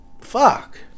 fuck